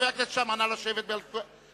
חבר הכנסת שאמה, נא לשבת על מקומך.